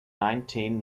nineteen